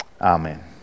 Amen